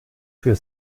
für